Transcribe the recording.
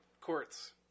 courts